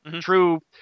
True